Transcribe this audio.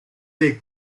del